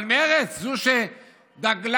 אבל מרצ, זו שגדלה,